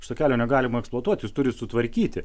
šito kelio negalima eksploatuot jūs turit sutvarkyti